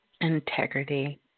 Integrity